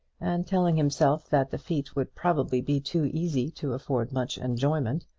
and telling himself that the feat would probably be too easy to afford much enjoyment,